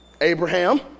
Abraham